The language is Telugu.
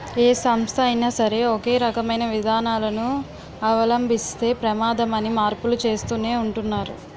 ఏ సంస్థ అయినా సరే ఒకే రకమైన విధానాలను అవలంబిస్తే ప్రమాదమని మార్పులు చేస్తూనే ఉంటున్నారు